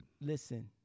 Listen